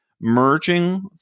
Merging